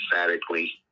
Emphatically